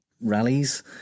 rallies